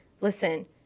Listen